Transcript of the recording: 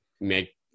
make